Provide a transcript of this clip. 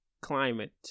climate